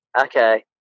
Okay